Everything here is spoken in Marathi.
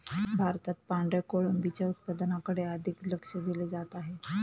भारतात पांढऱ्या कोळंबीच्या उत्पादनाकडे अधिक लक्ष दिले जात आहे